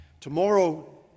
Tomorrow